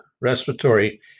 respiratory